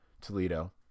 Toledo